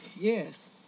Yes